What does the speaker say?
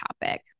topic